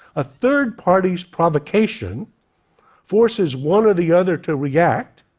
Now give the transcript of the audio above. a third party's provocation forces one or the other to react,